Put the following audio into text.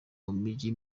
mumigi